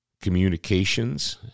communications